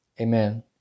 Amen